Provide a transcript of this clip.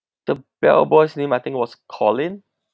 the bellboy's name I think was colin